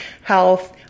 health